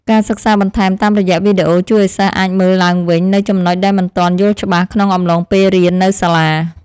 ការសិក្សាបន្ថែមតាមរយៈវីដេអូជួយឱ្យសិស្សអាចមើលឡើងវិញនូវចំណុចដែលមិនទាន់យល់ច្បាស់ក្នុងអំឡុងពេលរៀននៅសាលា។